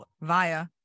via